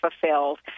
fulfilled